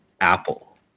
apple